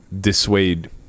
dissuade